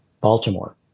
Baltimore